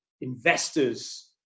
investors